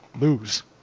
Lose